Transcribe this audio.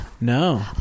No